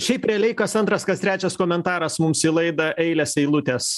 šiaip realiai kas antras kas trečias komentaras mums į laidą eilės eilutės